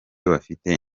bafite